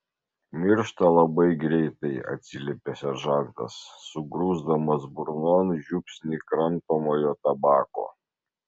miršta labai greitai atsiliepė seržantas sugrūsdamas burnon žiupsnį kramtomojo tabako